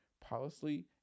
policy